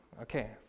Okay